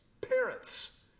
parents